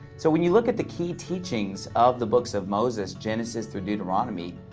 so when you look at the key teachings of the books of moses, genesis to deuteronomy,